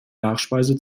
nachspeise